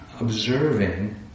observing